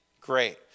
great